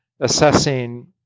Assessing